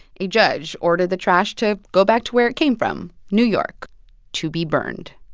a judge ordered the trash to go back to where it came from new york to be burned.